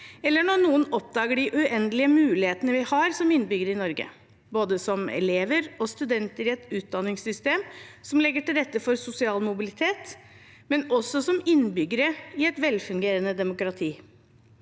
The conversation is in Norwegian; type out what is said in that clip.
eller når noen oppdager de uendelige mulighetene vi har som innbyggere i Norge – både som elever og studenter i et utdanningssystem som legger til rette for sosial mobilitet, men også som innbyggere i et velfungerende demokrati.